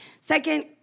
Second